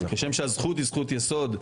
כשם שהזכות היא זכות יסוד,